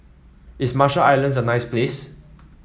is Marshall Islands a nice place